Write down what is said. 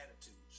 attitudes